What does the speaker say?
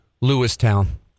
Lewistown